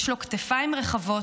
יש לו כתפיים רחבות,